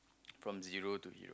from zero to hero